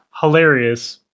hilarious